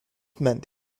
meant